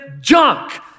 junk